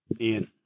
Ian